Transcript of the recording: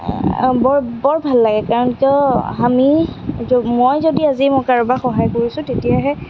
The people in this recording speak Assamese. বৰ বৰ ভাল লাগে কাৰণ কিয় আমি য মই যদি আজি কাৰোবাক সহায় কৰিছোঁ তেতিয়াহে